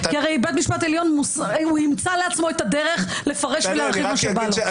כי הרי בית משפט עליון ימצא לעצמו את הדרך לפרש ולהרחיב מה שבא לו.